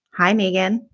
hi, megan.